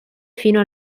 fino